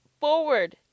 forward